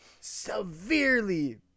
severely